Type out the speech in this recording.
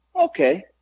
Okay